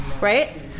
Right